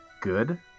Good